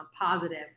positive